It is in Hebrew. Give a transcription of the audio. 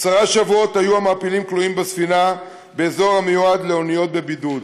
עשרה שבועות היו המעפילים כלואים בספינה באזור המיועד לאוניות בבידוד,